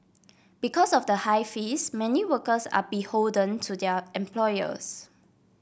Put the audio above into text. because of the high fees many workers are beholden to their employers